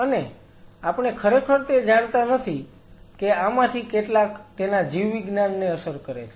અને આપણે ખરેખર તે જાણતા નથી કે આમાંથી કેટલાક તેના જીવવિજ્ઞાનને અસર કરે છે